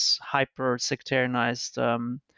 hyper-sectarianized